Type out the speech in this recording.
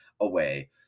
away